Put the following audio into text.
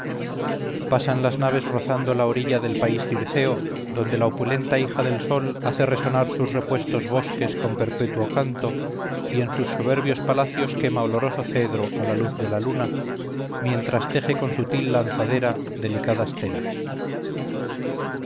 pasan las naves rozando la orilla del país circeo donde la opulenta hija del sol hace resonar sus repuestos bosques con perpetuo canto y en sus soberbios palacios quema oloroso cedro a la luz de la luna mientras teje con sutil lanzadera delicadas telas